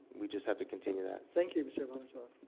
we just have to continue that. thank you, mr. valenzuela.